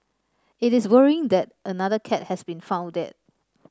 it is worrying that another cat has been found dead